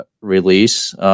release